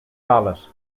ballot